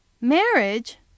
Marriage